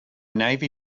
navy